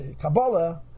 Kabbalah